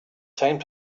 same